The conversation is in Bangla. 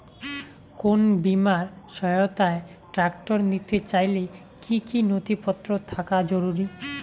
কোন বিমার সহায়তায় ট্রাক্টর নিতে চাইলে কী কী নথিপত্র থাকা জরুরি?